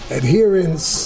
adherence